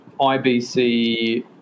ibc